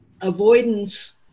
avoidance